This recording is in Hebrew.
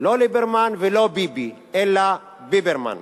לא ליברמן ולא ביבי, אלא "ביברמן".